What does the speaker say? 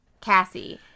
Cassie